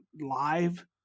live